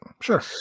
Sure